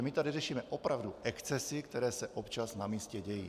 My tady řešíme opravdu excesy, které se občas na místě dějí.